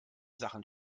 sachen